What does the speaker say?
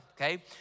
okay